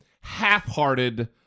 half-hearted